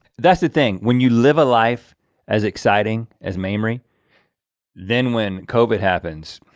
that's the thing. when you live a life as exciting as memory then when covid happens,